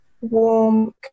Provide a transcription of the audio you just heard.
warm